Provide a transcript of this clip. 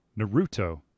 Naruto